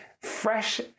fresh